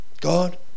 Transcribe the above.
God